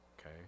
Okay